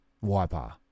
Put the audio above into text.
Wiper